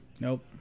Nope